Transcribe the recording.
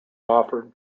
offered